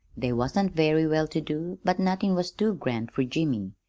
they wasn't very well-to-do, but nothin' was too grand fer jimmy,